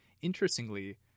interestingly